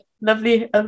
lovely